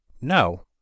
No